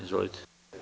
Izvolite.